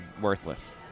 worthless